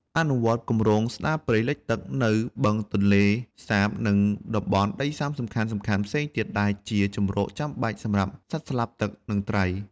អនុវត្តគម្រោងស្តារព្រៃលិចទឹកនៅបឹងទន្លេសាប និងតំបន់ដីសើមសំខាន់ៗផ្សេងទៀត ដែលជាជម្រកចាំបាច់សម្រាប់សត្វស្លាបទឹក និងត្រី។